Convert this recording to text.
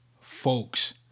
folks